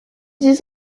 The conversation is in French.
dix